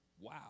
Wow